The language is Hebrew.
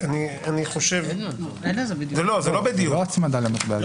--- זו לא הצמדה למטבע זר.